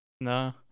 No